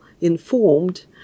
informed